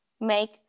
make